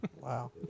Wow